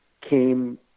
came